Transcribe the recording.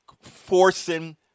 forcing